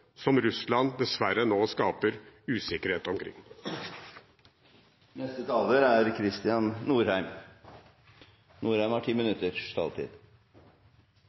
som Russland dessverre nå skaper usikkerhet omkring.